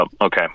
okay